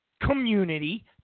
community